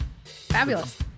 Fabulous